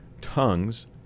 tongues